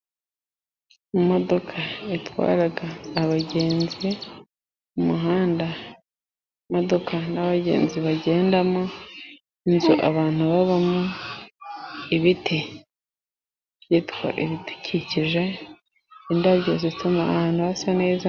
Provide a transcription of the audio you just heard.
Imodoka yatwaraga abagenzi mu muhanda, imodoka n'abagenzi bagendamo, inzu abantu babamo ibiti byitwa ibidukikije, indabyo zituma ahantu hasa neza.